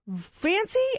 fancy